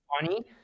funny